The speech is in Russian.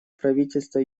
правительства